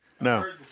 No